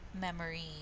memory